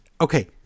Okay